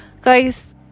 guys